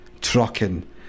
trucking